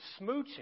smooching